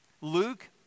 Luke